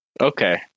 Okay